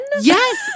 Yes